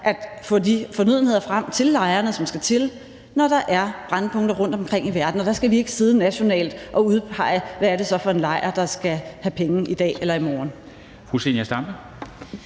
at få de fornødenheder frem til lejrene, som der skal til, når der er brændpunkter rundtom i verden. Og der skal vi ikke sidde nationalt og udpege, hvad det så er for en lejr, der skal have penge i dag eller i morgen.